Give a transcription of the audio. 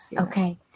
Okay